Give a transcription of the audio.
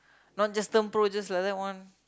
not just turn pro just like that one